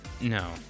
no